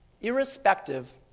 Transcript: irrespective